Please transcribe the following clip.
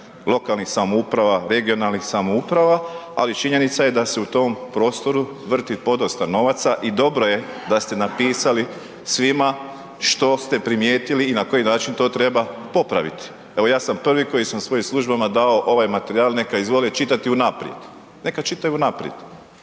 lokalnih samouprava, regionalnih samouprava ali činjenica je da se u tom prostoru vrti podosta novaca i dobro je da ste napisali svima što ste primijetili i na koji način to treba popraviti. Evo ja sam prvi koji sam svojim službama dao ovaj materijal neka izvole čitati unaprijed, neka čitaju unaprijed